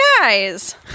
guys